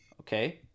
Okay